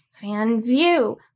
FanView